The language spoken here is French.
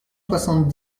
soixante